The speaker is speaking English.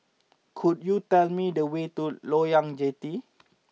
could you tell me the way to Loyang Jetty